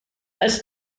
als